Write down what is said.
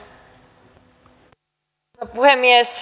arvoisa puhemies